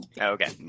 Okay